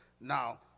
Now